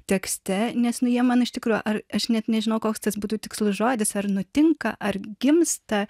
tekste nes nu jie man iš tikrųjų ar aš net nežinau koks tas būtų tikslus žodis ar nutinka ar gimsta